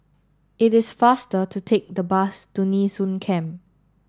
it is faster to take the bus to Nee Soon Camp